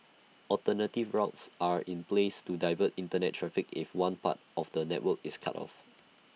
alternative routes are in place to divert Internet traffic if one part of the network is cut off